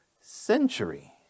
century